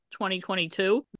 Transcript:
2022